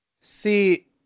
See